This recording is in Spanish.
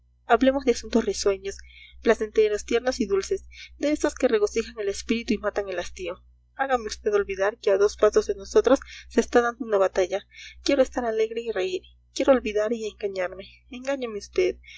hablemos de asuntos risueños placenteros tiernos y dulces de esos que regocijan el espíritu y matan el hastío hágame vd olvidar que a dos pasos de nosotros se está dando una batalla quiero estar alegre y reír quiero olvidar y engañarme engáñeme